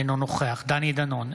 אינו נוכח דני דנון,